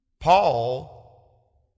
Paul